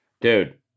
Dude